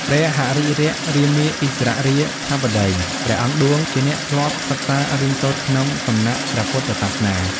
ព្រះហរិរក្សរាមាឥស្សរាធិបតីព្រះអង្គឌួងជាអ្នកធ្លាប់សិក្សារៀនសូត្រក្នុងសំណាក់ព្រះពុទ្ធសាសនា។